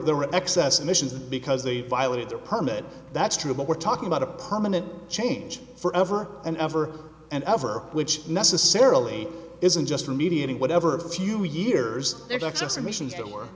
there were excess emissions because they violated the permit that's true but we're talking about a permanent change forever and ever and ever which necessarily isn't just remediating whatever a few years excess emissions